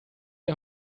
der